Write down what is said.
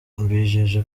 mbijeje